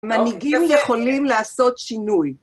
מנהיגים יכולים לעשות שינוי.